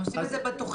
הם עושים את זה בתוכנה.